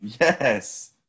Yes